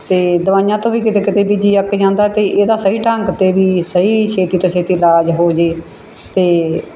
ਅਤੇ ਦਵਾਈਆਂ ਤੋਂ ਵੀ ਕਿਤੇ ਕਿਤੇ ਵੀ ਜੀਅ ਅੱਕ ਜਾਂਦਾ ਅਤੇ ਇਹਦਾ ਸਹੀ ਢੰਗ ਅਤੇ ਵੀ ਸਹੀ ਛੇਤੀ ਤੋਂ ਛੇਤੀ ਇਲਾਜ ਹੋ ਜਾਵੇ ਅਤੇ